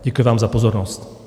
Děkuji vám za pozornost.